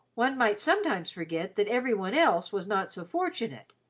one might sometimes forget that every one else was not so fortunate,